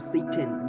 Satan